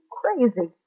crazy